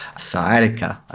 sciatica. i